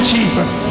Jesus